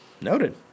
Noted